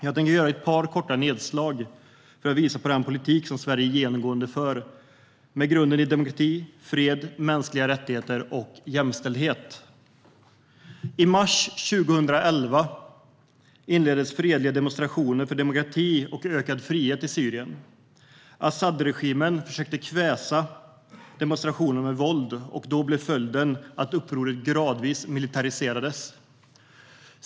Jag tänker göra ett par korta nedslag för att visa på den politik som Sverige genomgående för - med demokrati, fred, mänskliga rättigheter och jämställdhet i grunden. I mars 2011 inleddes fredliga demonstrationer för demokrati och ökad frihet i Syrien. Asadregimen försökte kväsa demonstrationerna med våld, och då blev följden att upproret gradvis militariserades.